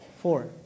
Four